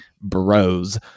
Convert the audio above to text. bros